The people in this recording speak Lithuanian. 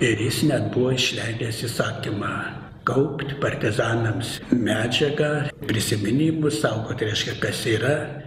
ir jis net buvo išleidęs įsakymą kaupti partizanams medžiagą prisiminimus saugot reiškia kas yra